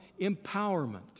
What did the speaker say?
empowerment